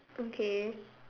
okay